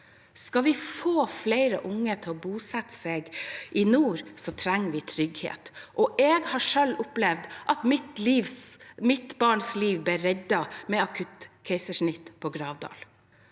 Skal vi få flere unge til å bosette seg i nord, trenger vi trygghet. Jeg har selv opplevd at mitt barns liv ble reddet med akutt keisersnitt på